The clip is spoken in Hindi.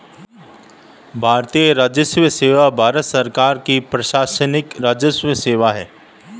भारतीय राजस्व सेवा भारत सरकार की प्रशासनिक राजस्व सेवा है